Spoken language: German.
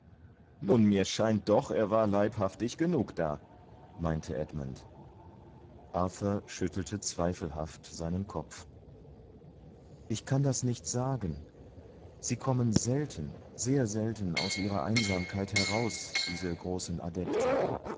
mir scheint doch er war leibhaftig genug da meinte edmund arthur schüttelte zweifelhaft seinen kopf ich kann das nicht sagen sie kommen selten sehr selten aus ihrer einsamkeit heraus diese großen adepten